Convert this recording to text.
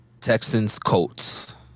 Texans-Colts